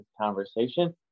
conversation